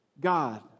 God